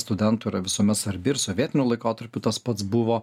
studentui yra visuomet svarbi ir sovietiniu laikotarpiu tas pats buvo